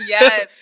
Yes